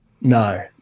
No